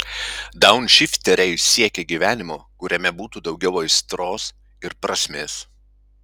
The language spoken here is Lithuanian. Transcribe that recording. daunšifteriai siekia gyvenimo kuriame būtų daugiau aistros ir prasmės